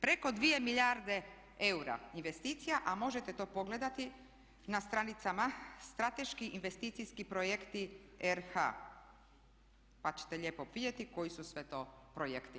Preko 2 milijarde eura investicija, a možete to pogledati na stranicama strateški investicijski projekti RH pa ćete lijepo vidjeti koji su sve to projekti.